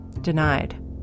Denied